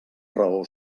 raó